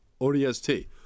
ODST